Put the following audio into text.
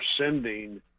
sending